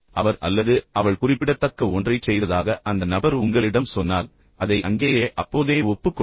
அவர் அல்லது அவள் குறிப்பிடத்தக்க ஒன்றைச் செய்ததாக அந்த நபர் உங்களிடம் சொன்னால் அதை அங்கேயே அப்போதே ஒப்புக் கொள்ளுங்கள்